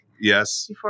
Yes